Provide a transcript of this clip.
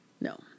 No